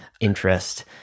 interest